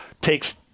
takes